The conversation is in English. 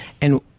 And-